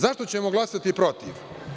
Zašto ćemo glasati protiv?